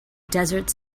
desert